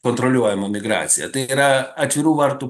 kontroliuojama migracija tai yra atvirų vartų